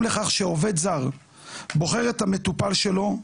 לכך שעובד זר בוחר את המטופל שלו,